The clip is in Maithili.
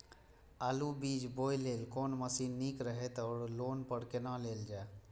आलु बीज बोय लेल कोन मशीन निक रहैत ओर लोन पर केना लेल जाय?